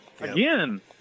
Again